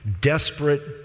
desperate